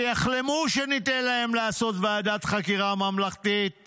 שיחלמו שניתן להם לעשות ועדת חקירה ממלכתית